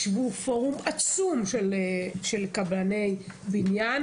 ישבו פורום עצום של קבלני בניין,